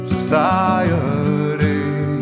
Society